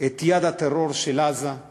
את יד הטרור של עזה, הם